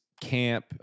camp